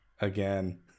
Again